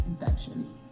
infection